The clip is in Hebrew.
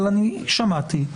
אני שמעתי,